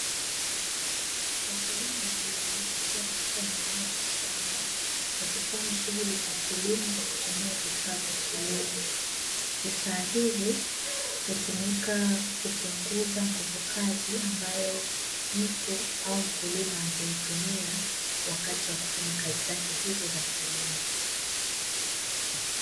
Wakulima wawili, wakiwa katika eneo lao la shamba wakifanya shughuli za kilimo kwa kutumia vifaa vya kilimo. Vifaa hivi hutumika kupunguza nguvu kazi ambayo mtu au mkulima angeitumia wakati wa kufanya kazi zake hizo za kilimo.